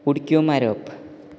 उडक्यो मारप